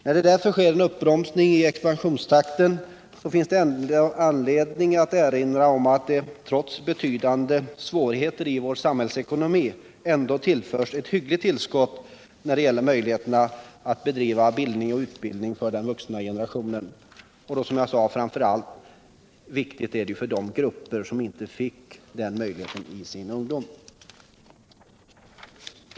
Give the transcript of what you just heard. När nu en uppbromsning i expansionstakten för vuxenutbildningen föreslås finns det anledning att erinra om att denna trots betydande svårigheter i vår samhällsekonomi ändå tillförs ett hyggligt tillskott när det gäller möjligheten att bedriva bildning och utbildning för den vuxna generationen. Detta är som jag sade särskilt betydelsefullt för de grupper som inte fick en sådan möjlighet till utbildning i sin ungdom.